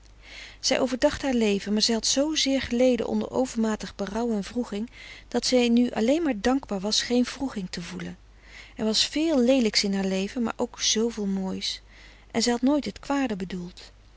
zij overdacht haar leven maar zij had zoozeer geleden onder overmatig berouw en wroeging dat zij nu alleen maar dankbaar was geen wroeging te voelen er was veel leelijks in haar leven maar ook zooveel moois en zij had nooit het kwade bedoeld